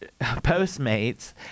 Postmates